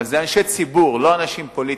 אבל זה אנשי ציבור, לא אנשים פוליטיים.